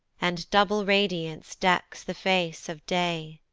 and double radiance decks the face of day.